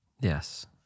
Yes